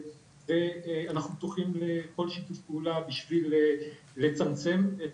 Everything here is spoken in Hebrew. ואנחנו פתוחים לכל שיתוף פעולה בשביל לצמצם את